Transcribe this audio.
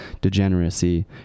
degeneracy